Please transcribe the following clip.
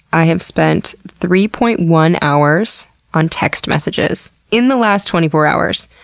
i have spent three point one hours on text messages. in the last twenty four hours!